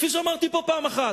כפי שאמרתי פה פעם אחת: